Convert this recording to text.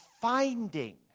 finding